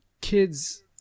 kids